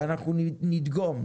ואנחנו נדגום,